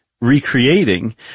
recreating